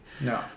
No